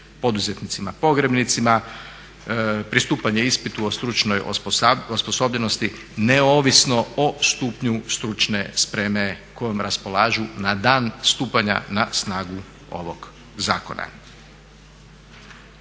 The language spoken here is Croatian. poduzetnicima pogrebnicima pristupanje ispitu o stručnoj osposobljenosti neovisno o stupnju stručne spreme kojom raspolažu na dan stupanja na snagu ovog zakona.